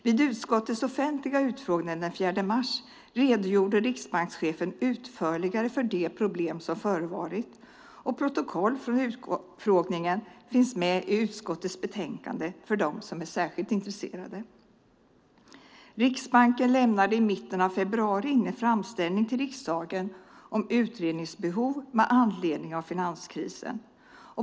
Vid utskottets offentliga utfrågning den 4 mars redogjorde riksbankschefen utförligare för de problem som förevarit, och protokoll från utfrågningen finns med i utskottets betänkande för dem som är särskilt intresserade. Riksbanken lämnade i mitten av februari in en framställning till riksdagen om utredningsbehov med anledning av finanskrisen.